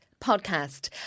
podcast